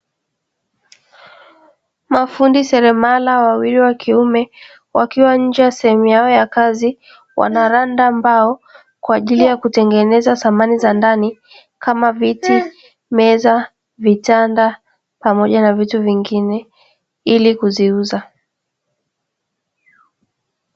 Mafundi seremala wawili wa kiume, wakiwa nje ya sehemu yao ya kazi, wanaranda mbao kwa ajili ya kutengeneza samani za ndani, kama viti meza vitanda pamoja na vitu vingine ili kuziuza.